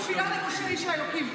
תפילה למשה איש האלוקים.